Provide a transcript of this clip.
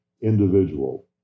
individual